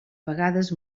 vegades